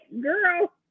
girl